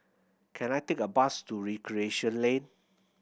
can I take a bus to Recreation Lane